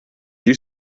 you